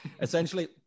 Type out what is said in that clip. Essentially